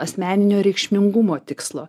asmeninio reikšmingumo tikslo